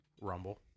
Rumble